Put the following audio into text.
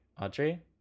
Audrey